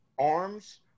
arms